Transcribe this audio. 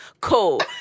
cool